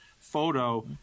photo